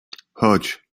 chodź